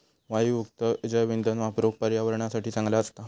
वायूयुक्त जैवइंधन वापरुक पर्यावरणासाठी चांगला असता